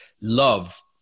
love